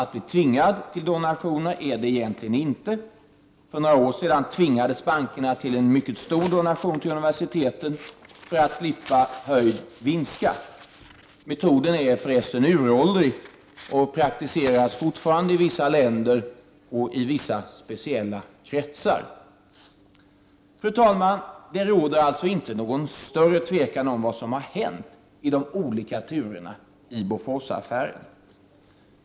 Att bli tvingad till donationer är egentligen inte något nytt. För några år sedan tvingades bankerna till en mycket stor donation till universiteten för att slippa höjd vinstskatt. Metoden är förresten uråldrig och praktiseras fortfarande av vissa länder och i vissa speciella kretsar. Fru talman! Det råder inte något större tvivel om vad som har hänt i de olika turerna i Boforsaffären.